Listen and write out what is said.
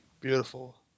Beautiful